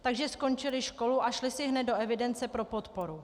Takže skončili školu a šli si hned do evidence pro podporu.